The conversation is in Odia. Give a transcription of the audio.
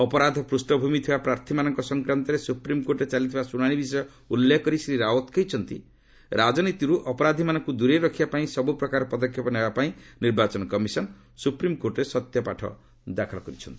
ଅପରାଧ ପୃଷଭୂମି ଥିବା ପ୍ରାର୍ଥୀମାନଙ୍କ ସଂକ୍ରାନ୍ତରେ ସୁପିମ୍ରକୋର୍ଟରେ ଚାଲିଥିବା ଶୁଣାଶି ବିଷୟ ଉଲ୍ଲେଖ କରି ଶ୍ରୀ ରାଓ୍ୱତ୍ କହିଛନ୍ତି ରାଜନୀତିରୁ ଅପରାଧୀମାନଙ୍କୁ ଦୂରେଇ ରଖିବା ପାଇଁ ସବୁ ପ୍ରକାର ପଦକ୍ଷେପ ନେବା ପାଇଁ ନିର୍ବାଚନ କମିଶନ୍ ସୁପ୍ରିମ୍କୋର୍ଟରେ ସତ୍ୟପାଠ ଦାଖଲ କରିଛନ୍ତି